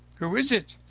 who is it?